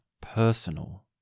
personal